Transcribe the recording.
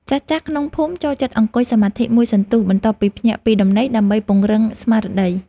ចាស់ៗក្នុងភូមិចូលចិត្តអង្គុយសមាធិមួយសន្ទុះ បន្ទាប់ពីភ្ញាក់ពីដំណេកដើម្បីពង្រឹងស្មារតី។